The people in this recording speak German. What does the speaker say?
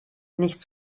nicht